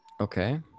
Okay